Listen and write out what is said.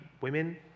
women